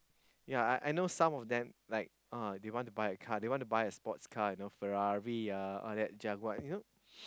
ya I I know some of them like oh they want to buy a car they want to buy a sports car you know Ferrari ah all that Jaguar you know